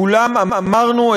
בכולן אמרנו,